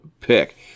pick